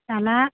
दाना